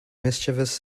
mischievous